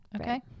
Okay